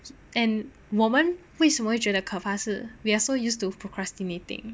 and 我们为什么会觉得可怕是 we are so used to procrastinating